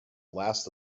last